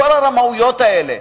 כל הרמאויות האלה,